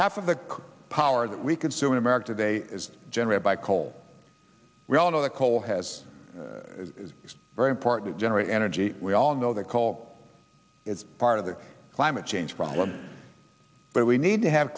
half of the power that we consume in america today is generated by coal we all know that coal has very important generate energy we all know that coal it's part of the climate change problem but we need to have